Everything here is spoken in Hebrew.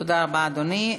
תודה רבה, אדוני.